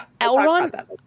elron